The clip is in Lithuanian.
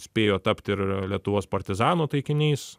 spėjo tapt ir lietuvos partizanų taikiniais